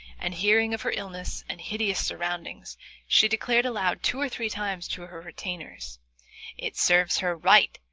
and hearing of her illness and hideous surroundings she declared aloud two or three times to her retainers it serves her right.